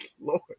Lord